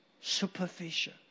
superficial